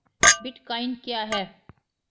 Bitcoin क्या है?